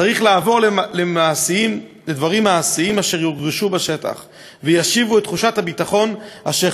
צריך לעבור לדברים מעשיים אשר יורגשו בשטח וישיבו את תחושת הביטחון אשר